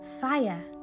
fire